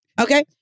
Okay